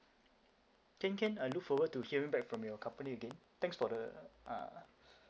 can can I look forward to hearing back from your company again thanks for the ah